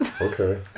Okay